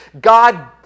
God